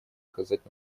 оказать